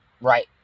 Right